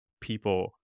people